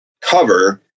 cover